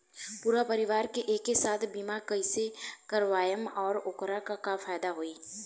पूरा परिवार के एके साथे बीमा कईसे करवाएम और ओकर का फायदा होई?